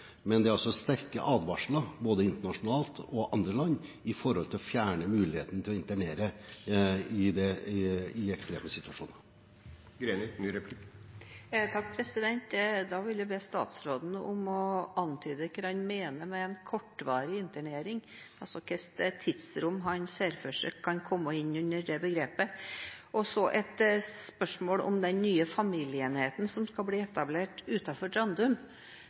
men at det har kommet sterke advarsler internasjonalt mot å fjerne muligheten til å internere i ekstreme situasjoner. Da vil jeg be statsråden om å antyde hva han mener med kortvarig internering. Hvilket tidsrom ser han for seg kan komme inn under det begrepet? Så et spørsmål om den nye familieenheten som skal